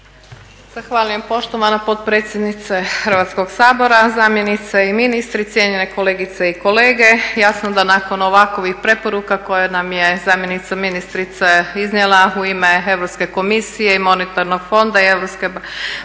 Zahvaljujem poštovana potpredsjednice Hrvatskog sabora, zamjenice i ministre, cijenjene kolegice i kolege. Ja sam … nakon ovakvih preporuka koje nam je zamjenica ministrice iznijela u ime Europske komisije i monetarnog fonda i Europske banke